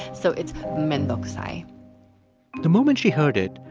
so it's mendokusai the moment she heard it,